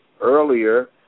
earlier